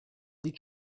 sieht